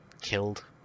killed